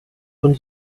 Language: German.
von